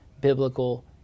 biblical